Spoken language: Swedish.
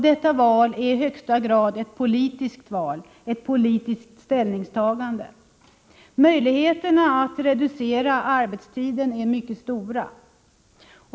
Detta val är i högsta grad ett politiskt val — ett politiskt ställningstagande. Möjligheterna att reducera arbetstiden är mycket stora.